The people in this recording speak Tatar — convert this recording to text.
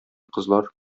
кызлар